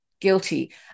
guilty